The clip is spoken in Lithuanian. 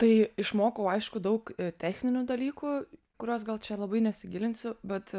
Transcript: tai išmokau aišku daug techninių dalykų kuriuos gal čia labai nesigilinsiu bet